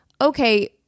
okay